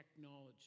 technology